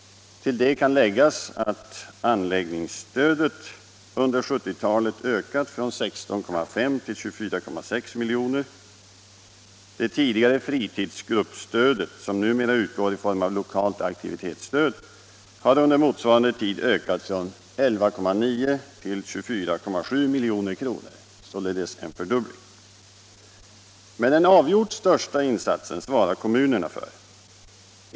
Till det kan läggas att anläggningsstödet under 1970-talet ökat från 16,5 till 24,6 milj.kr. Det tidigare fritidsgruppsstödet, som numera utgår i form av lokalt aktivitetsstöd, har under motsvarande tid ökat från 11,9 till 24,7 milj.kr., således en fördubbling. Men den avgjort största insatsen svarar kommunerna för.